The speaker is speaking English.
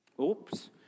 Oops